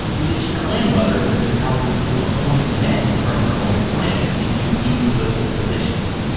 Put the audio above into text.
each clan mother was empowered to appoint men from her own clan into key political positions.